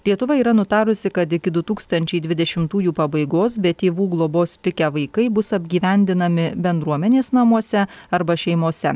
lietuva yra nutarusi kad iki du tūkstančiai dvidešimtųjų pabaigos be tėvų globos likę vaikai bus apgyvendinami bendruomenės namuose arba šeimose